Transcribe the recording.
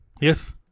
Yes